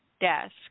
desk